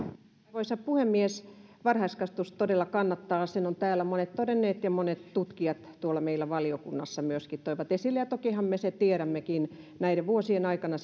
arvoisa puhemies varhaiskasvatus todella kannattaa sen ovat täällä monet todenneet ja sen monet tutkijat tuolla meillä valiokunnassa myöskin toivat esille ja tokihan me sen tiedämmekin näiden vuosien aikana